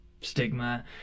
stigma